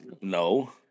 No